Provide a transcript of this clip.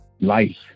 life